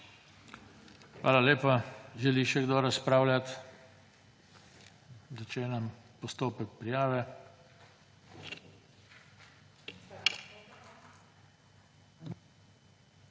Hvala lepa. Želi še kdo razpravljati? Začenjam postopek prijave.